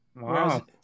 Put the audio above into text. Wow